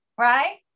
right